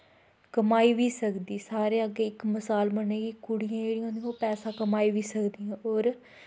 कमाई बी सकदी सारें अग्गें इक मसाल बनेगी कुड़ियां जेह्ड़ियां होंदियां ओह् पैसा कमाई बी सकदियां होर